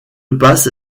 passe